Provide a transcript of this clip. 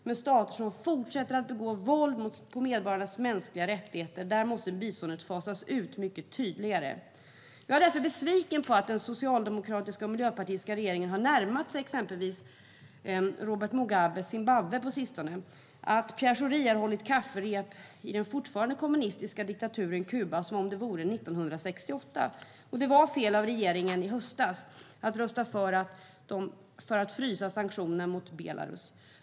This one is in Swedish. Men för stater som fortsätter att begå våld mot medborgarnas mänskliga rättigheter måste biståndet fasas ut mycket tydligare. Jag är därför besviken på att den socialdemokratiska och miljöpartistiska regeringen har närmat sig exempelvis Robert Mugabes Zimbabwe på sistone och att Pierre Schori har hållit kafferep i den fortfarande kommunistiska diktaturen Kuba som om det vore 1968. Det var fel av regeringen att i höstas rösta för att frysa sanktionerna mot Belarus.